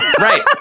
Right